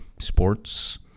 Sports